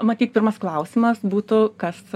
matyt pirmas klausimas būtų kas